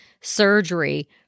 surgery